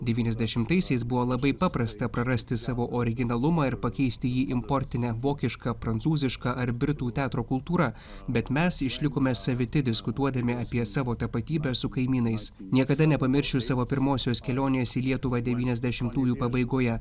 devyniasdešimtaisiais buvo labai paprasta prarasti savo originalumą ir pakeisti jį importine vokiška prancūziška ar britų teatro kultūra bet mes išlikome saviti diskutuodami apie savo tapatybę su kaimynais niekada nepamiršiu savo pirmosios kelionės į lietuvą devyniasdešimtųjų pabaigoje